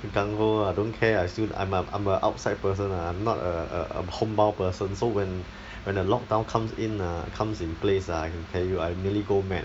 still gung-ho lah don't care I still I'm a I'm a outside person uh I'm not a a a homebound person so when when a lockdown comes in ah comes in place ah I can tell you I immediately go mad